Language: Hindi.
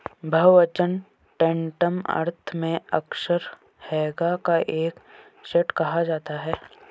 बहुवचन टैंटम अर्थ में अक्सर हैगा का एक सेट कहा जाता है